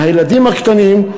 מהילדים הקטנים,